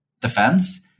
defense